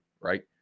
right